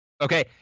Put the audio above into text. Okay